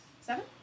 Seven